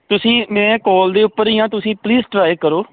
ਤੁਸੀਂ ਮੈਂ ਕੋਲ ਦੇ ਉੱਪਰ ਹੀ ਆ ਤੁਸੀਂ ਪਲੀਜ਼ ਟਰਾਈ ਕਰੋ